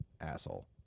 asshole